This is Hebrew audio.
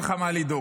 אין לך מה לדאוג,